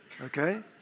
okay